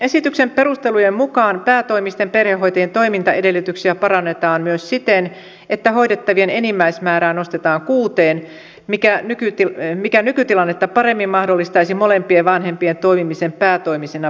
esityksen perustelujen mukaan päätoimisten perhehoitajien toimintaedellytyksiä parannetaan myös siten että hoidettavien enimmäismäärää nostetaan kuuteen mikä nykytilannetta paremmin mahdollistaisi molempien vanhempien toimimisen päätoimisena perhehoitajana